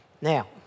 Now